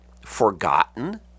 forgotten